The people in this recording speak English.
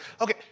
Okay